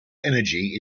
energy